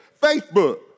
Facebook